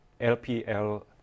LPL